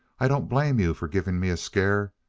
i don't blame you for giving me a scare,